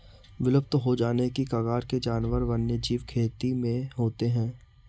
विलुप्त हो जाने की कगार के जानवर वन्यजीव खेती में होते हैं